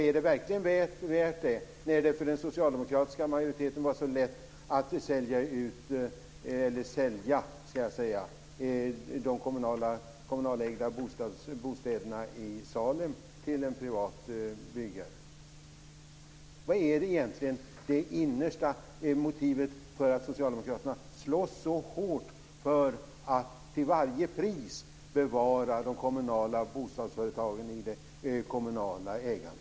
Är det verkligen värt det - med tanke på att det för den socialdemokratiska majoriteten var så lätt att sälja de kommunalägda bostäderna i Salem till en privat byggare? Vad är egentligen det innersta motivet till att Socialdemokraterna så hårt slåss för att till varje pris bevara de kommunala bostadsföretagen i kommunalt ägande?